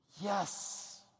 yes